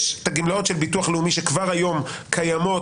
יש גמלאות של הביטוח הלאומי שכבר קיימות היום